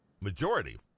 majority